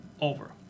Over